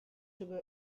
sugar